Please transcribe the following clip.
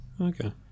Okay